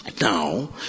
now